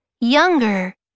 younger